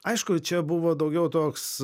aišku čia buvo daugiau toks